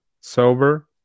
sober